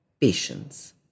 patience